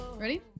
Ready